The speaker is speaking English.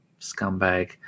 Scumbag